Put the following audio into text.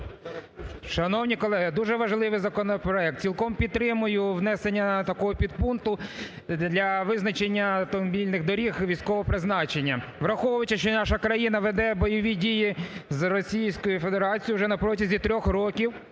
Шановні колеги, дуже важливий законопроект, цілком підтримую внесення такого підпункту для визначення автомобільних доріг військового призначення. Враховуючи, що наша країна веде бойові дії з Російською Федерацією, вже на протязі трьох років,